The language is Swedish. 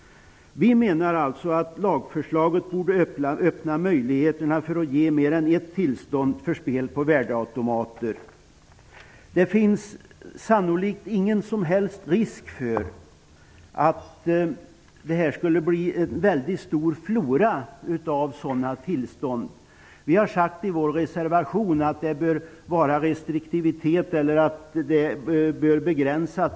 Vi menar att lagförslaget borde öppna möjligheterna att bevilja mer än ett tillstånd för spel på värdeautomater. Det finns sannolikt ingen som helst risk för att det här skulle bli en mycket stor flora av sådana tillstånd. Vi har i vår reservation uttalat att antalet tillstånd bör vara begränsat.